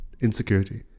insecurity